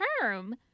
term